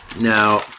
Now